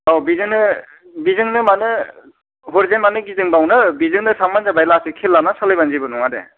औ बेजोंनो बेजोंनो मानो हरैजाय मानो गिदिं बावनो बेजोंनो थांब्लानो जाबाय लासै खेल लानानै सालाय बानो जेबो नङा दे